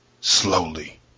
Slowly